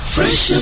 Fresh